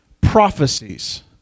prophecies